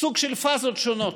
סוג של פאזות שונות: